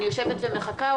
אני יושבת ומחכה?